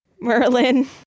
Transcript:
Merlin